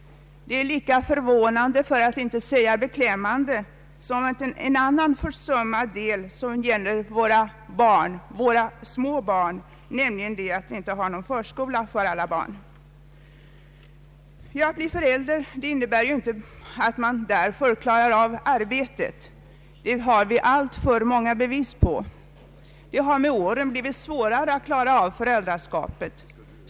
Detta är lika förvånande, för att inte säga beklämmande, som ett annat förhållande som rör våra små barn, nämligen att vi inte har förskolor för alla barn. Att bli förälder innebär inte att man utan vidare klarar av uppgiften. Det har vi alltför många bevis på. Det har med åren blivit svårare att klara av föräldraskapet.